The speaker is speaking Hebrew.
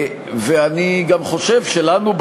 ואני גם חושב שלנו,